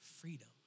freedom